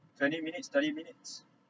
twenty minutes thirty minutes